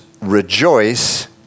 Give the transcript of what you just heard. rejoice